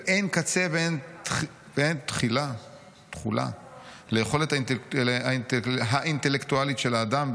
'ואין קצה ואין תכלה ליכולת האינטלקטואלית של האדם,